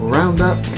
Roundup